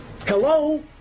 Hello